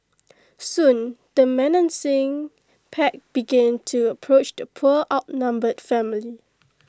soon the menacing pack began to approach the poor outnumbered family